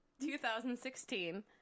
2016